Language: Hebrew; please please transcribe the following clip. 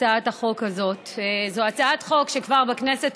אם כן, הצעת החוק עברה בקריאה